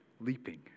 leaping